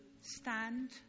stand